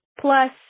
plus